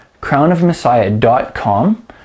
crownofmessiah.com